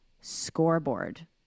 scoreboard